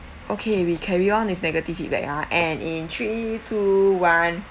okay we carry on with negative feedback ah and in three two one